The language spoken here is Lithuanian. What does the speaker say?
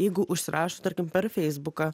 jeigu užsirašo tarkim per feisbuką